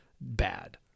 Bad